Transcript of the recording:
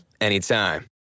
anytime